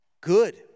Good